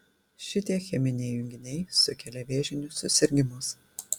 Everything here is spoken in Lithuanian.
šitie cheminiai junginiai sukelia vėžinius susirgimus